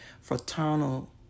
fraternal